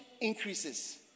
increases